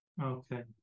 okay